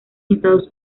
estados